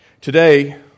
Today